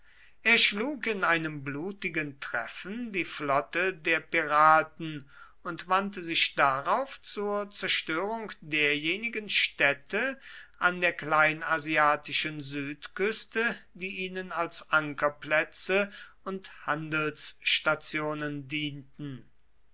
er schlug in einem blutigen treffen die flotte der piraten und wandte sich darauf zur zerstörung derjenigen städte an der kleinasiatischen südküste die ihnen als ankerplätze und handelsstationen dienten